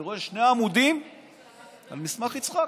אני רואה שני עמודים על מסמך יצחקי.